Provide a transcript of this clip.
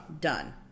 done